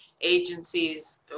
agencies